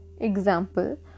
Example